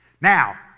Now